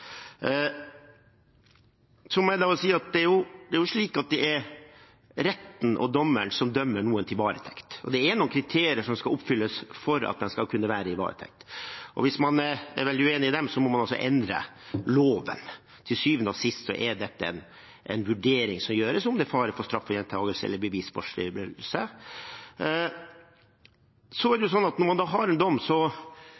Det er jo slik at det er retten og dommeren som dømmer noen til varetekt. Det er noen kriterier som skal oppfylles for at en skal kunne være i varetekt, og hvis man er veldig uenig i dem, må man altså endre loven. Til syvende og sist er dette en vurdering som gjøres, om det er fare for straffegjentakelse eller bevisforspillelse. Så er det sånn at når man har en dom, er det veldig riktig at vi, tross alt, fra Kriminalomsorgsdirektoratet prøver å gjøre det